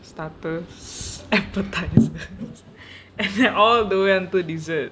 starters appetiser and then all the way until dessert